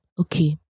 Okay